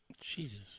Jesus